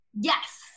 Yes